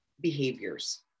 behaviors